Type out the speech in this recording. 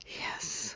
Yes